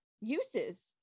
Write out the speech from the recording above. uses